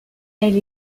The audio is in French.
elle